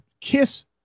kiss